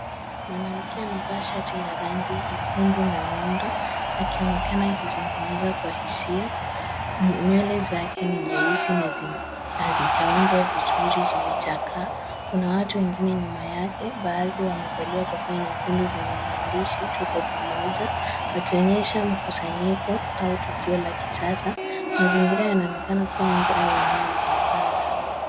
Mwanamke amevaa shati la rangi nyekundu na miundo akionekana akizungumza kwa hisia. Nywele zake ni nyeusi na hazijaundwa vizuri zimechakaa. Kuna watu wengine nyuma yake baadhi wamevalia kofia nyekundu zenye maandishi tuko pamoja wakionyesha mkusanyiko au tukio la kisasa. Mazingira yanaonekana kuwa nje au eneo la adhara.